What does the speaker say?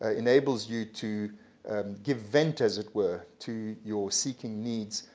ah enables you to give vent as it were, to your seeking needs,